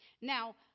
Now